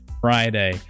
Friday